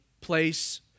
place